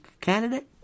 candidate